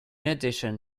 addition